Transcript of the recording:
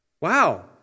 wow